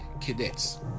cadets